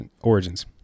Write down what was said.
origins